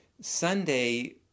Sunday